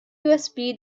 usb